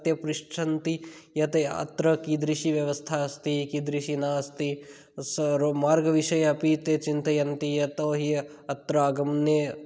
ते पृच्छन्ति यत् अत्र कीदृशी व्यवस्था अस्ति कीदृशी नास्ति सः रो मार्गविषये अपि ते चिन्तयन्ति यतो हि अत्र आगमने